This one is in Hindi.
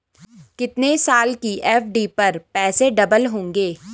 कितने साल की एफ.डी पर पैसे डबल होंगे?